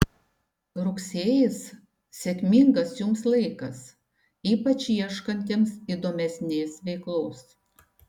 rugsėjis sėkmingas jums laikas ypač ieškantiems įdomesnės veiklos